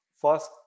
first